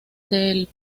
del